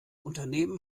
unternehmen